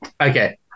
Okay